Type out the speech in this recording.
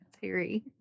theory